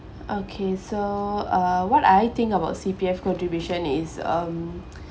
okay so uh what I think about C_P_F contribution is um